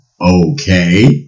okay